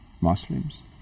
Muslims